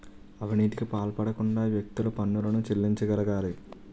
అవినీతికి పాల్పడకుండా వ్యక్తులు పన్నులను చెల్లించగలగాలి